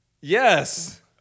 Yes